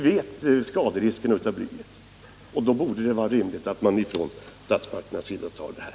Vi känner till skaderiskerna med blyet, och det borde då vara rimligt att också statsmakterna tar hänsyn till det här.